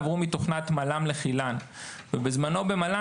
עברו מתוכנת מל"מ שכר לחיל"ן ובזמנו במל"מ